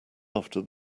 after